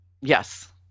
Yes